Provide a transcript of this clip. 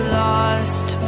lost